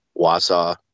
Wausau